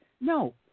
No